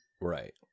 Right